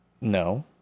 No